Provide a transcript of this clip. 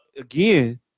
again